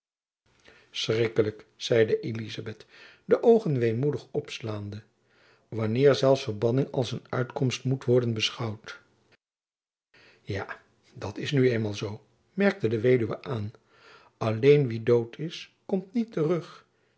schrikkelijk zeide elizabeth de oogen weemoedig opslaande wanneer zelfs verbanning als een uitkomst moet worden beschouwd ja dat is nu eenmaal zoo merkte de weduwe aan alleen wie dood is komt niet terug